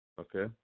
Okay